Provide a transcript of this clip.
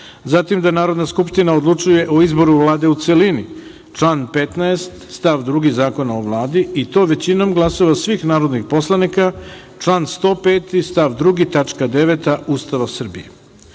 zatim da Narodna skupština odlučuje o izboru Vlade u celini član 15. stav 2. Zakona o Vladi, i to većinom glasova svih narodnih poslanika član 105. stav 2. tačka 9)